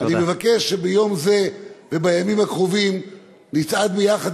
אני מבקש שביום זה ובימים הקרובים נצעד יחד